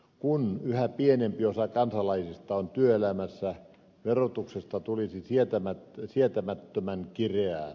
kun yhä pienempi osa kansalaisista on työelämässä verotuksesta tulisi sietämättömän kireää